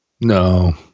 no